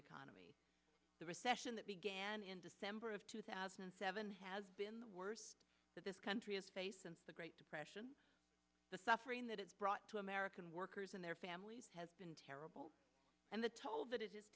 economy the recession that began in december of two thousand and seven has been the worst that this country has faced since the great depression the suffering that it brought to american workers and their families has been terrible and the toll that